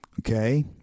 Okay